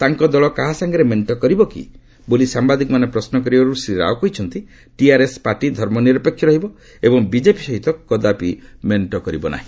ତାଙ୍କ ଦଳ କାହା ସାଙ୍ଗରେ ମେଣ୍ଟ କରିବ କି ବୋଲି ସାମ୍ଭାଦିକମାନେ ପ୍ରଶ୍ୱ କରିବାରୁ ଶ୍ରୀ ରାଓ କହିଛନ୍ତି ଟିଆର୍ଏସ୍ ପାର୍ଟି ଧର୍ମନିରପେକ୍ଷ ରହିବ ଏବଂ ବିଜେପି ସହିତ କୌଣସି ମେଣ୍ଟ କରିବ ନାହିଁ